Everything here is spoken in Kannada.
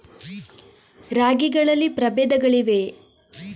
ರಾಗಿಗಳಲ್ಲಿ ಪ್ರಬೇಧಗಳಿವೆಯೇ?